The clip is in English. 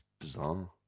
bizarre